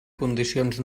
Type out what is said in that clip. condicions